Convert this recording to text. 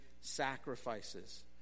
sacrifices